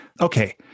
Okay